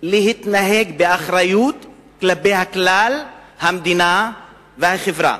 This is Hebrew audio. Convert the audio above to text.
להתנהג באחריות כלפי הכלל, המדינה והחברה.